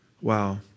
Wow